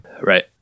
Right